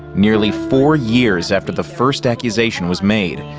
nearly four years after the first accusation was made,